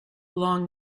long